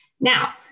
Now